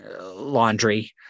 laundry